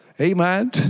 Amen